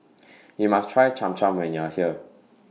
YOU must Try Cham Cham when YOU Are here